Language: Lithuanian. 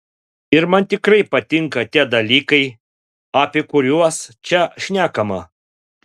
ir man tikrai patinka tie dalykai apie kuriuos čia šnekama